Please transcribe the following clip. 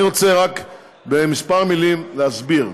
אני רוצה רק בכמה מילים להסביר,